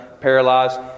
paralyzed